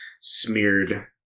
smeared